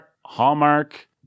Hallmark